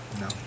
No